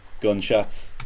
gunshots